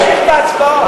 תמשיך בהצבעות.